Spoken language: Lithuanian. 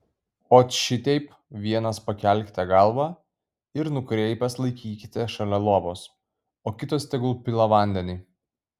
ot šiteip vienas pakelkite galvą ir nukreipęs laikykite šalia lovos o kitas tegul pila vandenį